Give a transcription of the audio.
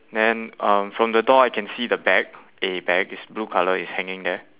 then uh from the door I can see the bag a bag it's blue colour it's hanging there